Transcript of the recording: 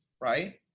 right